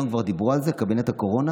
היום כבר דיברו על זה בקבינט הקורונה: